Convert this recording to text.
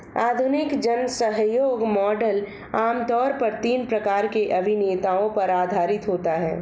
आधुनिक जनसहयोग मॉडल आम तौर पर तीन प्रकार के अभिनेताओं पर आधारित होता है